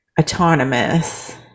autonomous